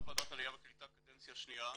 נמצא בוועדת העלייה והקליטה קדנציה שניה,